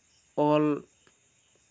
ᱚᱞ